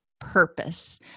purpose